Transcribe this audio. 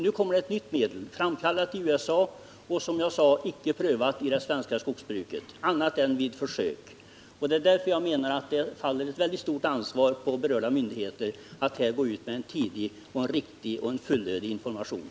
Nu kommer det ett nytt medel, framställt i USA och, som jag påpekat, icke prövat i det svenska skogsbruket annat än vid försök. Det är därför som jag menar att det vilar ett mycket stort ansvar på berörda myndigheter att här tidigt gå ut med riktig och fullödig information.